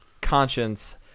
conscience